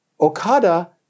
Okada